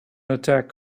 attack